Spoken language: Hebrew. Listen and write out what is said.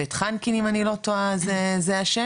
בית חנקין אם אני לא טועה זה השם,